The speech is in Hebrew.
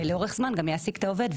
ולאורך זמן גם יעסיק את העובד,